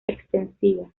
extensiva